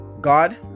God